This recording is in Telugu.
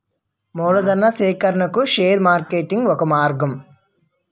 మూలధనా సేకరణకు షేర్ మార్కెటింగ్ ఒక మార్గం